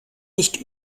nicht